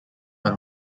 per